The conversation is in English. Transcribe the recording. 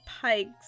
pikes